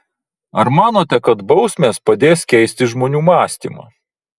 ar manote kad bausmės padės keisti žmonių mąstymą